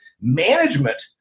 management